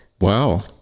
Wow